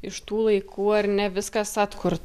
iš tų laikų ar ne viskas atkur